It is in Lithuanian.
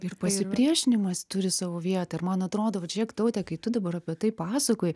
ir pasipriešinimas turi savo vietą ir man atrodo vat žiūrėk taute kai tu dabar apie tai pasakoji